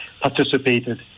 participated